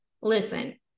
listen